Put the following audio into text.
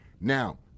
Now